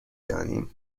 دانیم